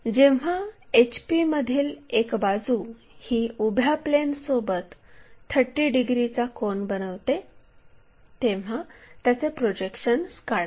जेव्हा HP मधील एक बाजू ही उभ्या प्लेनसोबत 30 डिग्रीचा कोन बनवते तेव्हा त्याचे प्रोजेक्शन्स काढा